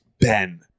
Ben